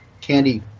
candy